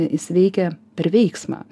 jis veikia per veiksmą